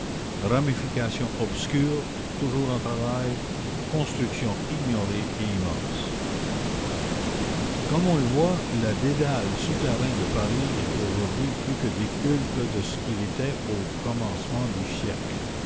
ramification obscure toujours en travail construction ignorée et immense comme on le voit le dédale souterrain de paris est aujourd'hui plus que décuple de ce qu'il était au commencement du siècle